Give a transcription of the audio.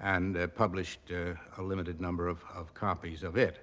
and published a limited number of of copies of it.